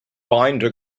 binder